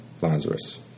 Lazarus